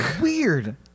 Weird